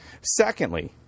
Secondly